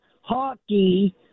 hockey